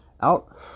out